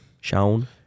Sean